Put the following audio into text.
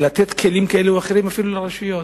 לתת כלים כאלו או אחרים, אפילו לרשויות.